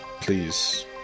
please